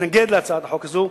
להתנגד להצעת החוק הזאת.